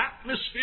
atmosphere